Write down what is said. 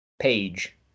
page